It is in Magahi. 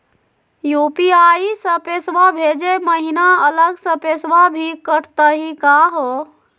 यू.पी.आई स पैसवा भेजै महिना अलग स पैसवा भी कटतही का हो?